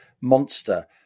monster